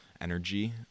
energy